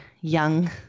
young